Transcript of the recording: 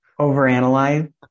Overanalyze